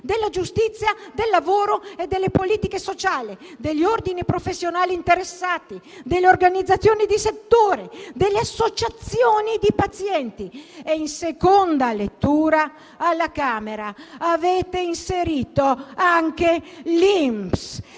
della giustizia, del lavoro e delle politiche sociali, degli ordini professionali interessati, delle organizzazioni di settore e delle associazioni di pazienti. Durante l'esame in seconda lettura alla Camera dei deputati avete inserito anche l'INPS: